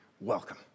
welcome